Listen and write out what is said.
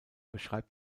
beschreibt